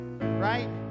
Right